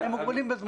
הם מוגבלים בזמן.